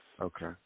Okay